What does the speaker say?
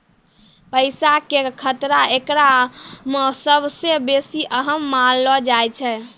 पैसा के खतरा एकरा मे सभ से बेसी अहम मानलो जाय छै